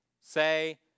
say